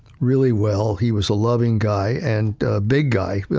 really well. he was a loving guy and big guy,